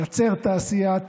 לייצר תעשיית